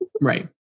right